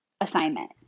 assignment